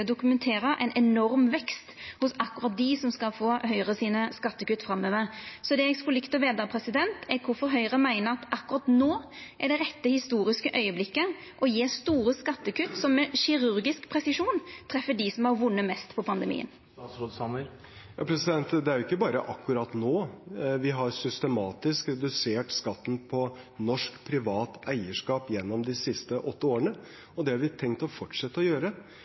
enorm vekst hos akkurat dei som skal få skattekutt frå Høgre framover. Det eg skulle likt å veta, er kvifor Høgre meiner at akkurat no er det rette historiske augeblikket for å gje store skattekutt, som med kirurgisk presisjon treffer dei som har vunne mest på pandemien. Det er jo ikke bare akkurat nå. Vi har systematisk redusert skatten på norsk privat eierskap gjennom de siste åtte årene, og det har vi tenkt å fortsette å gjøre.